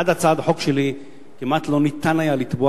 עד הצעת החוק שלי כמעט שלא ניתן היה לתבוע